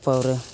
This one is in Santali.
ᱯᱟᱹᱣᱨᱟᱹ